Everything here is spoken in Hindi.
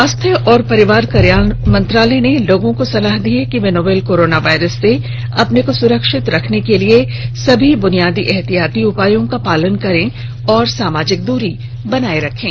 स्वास्थ्य और परिवार कल्याण मंत्रालय ने लोगों को सलाह दी है कि वे नोवल कोरोना वायरस से अपने को सुरक्षित रखने के लिए सभी बुनियादी एहतियाती उपायों का पालन करें और सामाजिक दुरी बनाए रखें